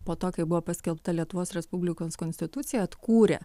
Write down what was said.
po to kai buvo paskelbta lietuvos respublikos konstitucija atkūrę